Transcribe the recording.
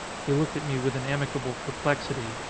he looked at me with an amicable perplexity.